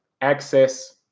access